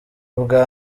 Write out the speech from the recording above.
ubwa